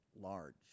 large